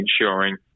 ensuring